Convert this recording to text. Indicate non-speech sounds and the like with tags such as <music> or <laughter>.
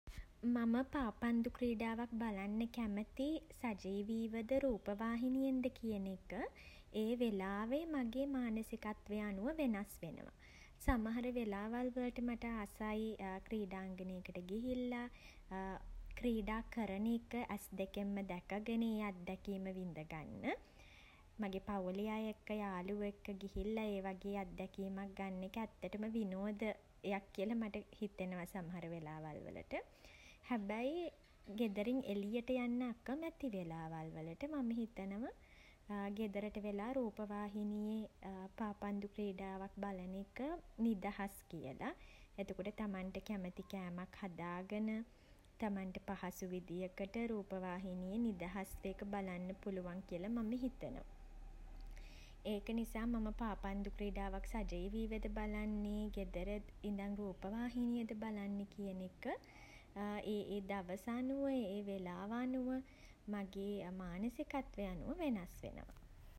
මම පාපන්දු ක්‍රීඩාවක් බලන්න කැමති <hesitation> සජිවීව ද රූපවාහිනියෙන් ද කියන එක <hesitation> ඒ වෙලාවේ මගේ මානසිකත්වය අනුව වෙනස් වෙනවා. සමහර වෙලාවල් වලට මට ආසයි <hesitation> ක්රීඩාංගණයකට ගිහිල්ලා <hesitation> ක්‍රීඩා කරන එක ඇස් දෙකෙන්ම දැක ගෙන ඒ අත්දැකීම විඳගන්න. මගේ පවුලේ අය එක්ක යාලුවෝ එක්ක ගිහිල්ලා ඒ වගේ අත්දැකීමක් ගන්න එක ඇත්තටම විනෝද <hesitation> යක් කියලා මට හිතෙනවා සමහර වෙලාවල් වලට. හැබැයි <hesitation> ගෙදරින් එළියට යන්න අකමැති වෙලාවල් වලට මම හිතනව <hesitation> ගෙදරට වෙලා රූපවාහිනියේ <hesitation> පාපන්දු ක්‍රීඩාවක් බලන එක නිදහස් කියලා. එතකොට තමන්ට කැමති කෑමක් හදා ගෙන <hesitation> තමන්ට පහසු විදියකට රූපවාහිනියේ නිදහස්ව ඒක බලන්න පුළුවන් කියලා මම හිතනවා. <hesitation> ඒක නිසා මම පාපන්දු ක්‍රීඩාවක් සජීවීවද බලන්නේ <hesitation> ගෙදර ඉඳන් <hesitation> රූපවාහිනියෙද බලන්නේ කියන එක <hesitation> ඒ ඒ දවස අනුව ඒ ඒ වෙලාව අනුව මගේ <hesitation> මානසිකත්වය අනුව වෙනස් වෙනවා.